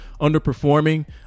underperforming